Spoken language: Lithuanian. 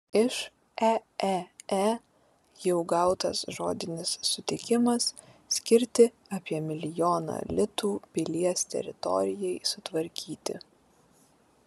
iš eee jau gautas žodinis sutikimas skirti apie milijoną litų pilies teritorijai sutvarkyti